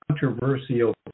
Controversial